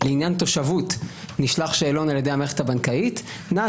לעניין תושבות נשלח שאלון על ידי מערכת הבנקאית: נא,